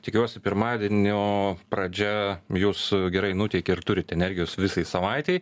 tikiuosi pirmadienio pradžia jus gerai nuteikia ir turit energijos visai savaitei